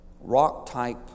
rock-type